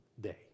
day